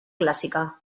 clásica